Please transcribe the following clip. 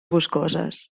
boscoses